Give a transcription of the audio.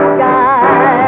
sky